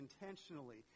intentionally